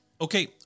Okay